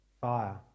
fire